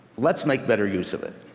let's make better use of it.